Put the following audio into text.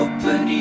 Open